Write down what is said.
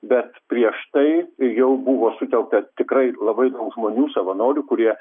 bet prieš tai jau buvo sutelkta tikrai labai daug žmonių savanorių kurie